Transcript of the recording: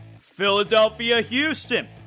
Philadelphia-Houston